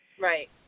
Right